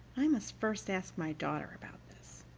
i must first ask my daughter about this,